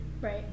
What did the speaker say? Right